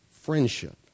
friendship